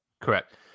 correct